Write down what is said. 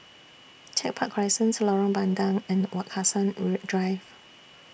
Tech Park Crescent Lorong Bandang and Wak Hassan Drive